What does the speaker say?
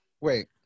Wait